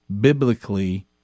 biblically